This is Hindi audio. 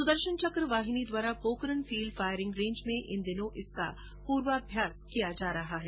सुदर्शन चक वाहिनी द्वारा पोकरण फील्ड फायरिंग रेंज में इन दिनों इसका पूर्वाभ्यास किया जा रहा है